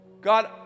God